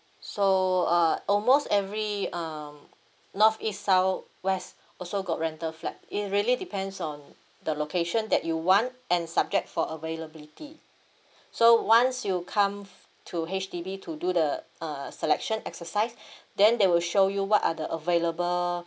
so uh almost every um north east south west also got rental flat it really depends on the location that you want and subject for availability so once you come to H_D_B to do the uh selection exercise then they will show you what are the available